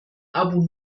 abu